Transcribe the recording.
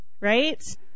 right